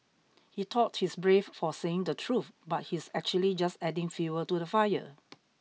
he thought he's brave for saying the truth but he's actually just adding fuel to the fire